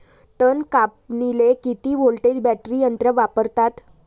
तन कापनीले किती व्होल्टचं बॅटरी यंत्र वापरतात?